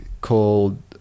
called